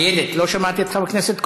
איילת, לא שמעת את חבר הכנסת כהן,